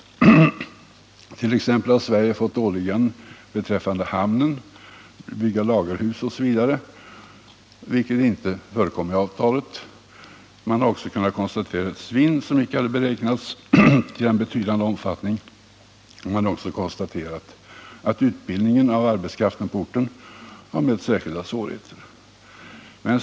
Så har t.ex. Sverige fått åligganden beträffande hamnen, att bygga lagerhus osv., vilket inte förekom i avtalet. Man har också kunnat konstatera ett svinn i betydande omfattning, som icke hade beräknats. Man har vidare konstaterat att utbildningen av arbetskraften på orten har mött särskilda svårigheter.